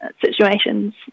situations